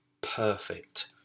perfect